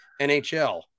NHL